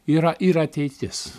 yra ir ateitis